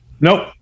nope